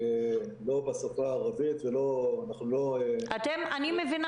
לא בשפה הערבית ולא --- אני מבינה